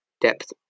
depth